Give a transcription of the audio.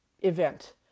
event